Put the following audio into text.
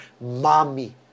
mommy